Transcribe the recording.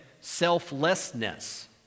selflessness